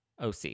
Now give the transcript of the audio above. OC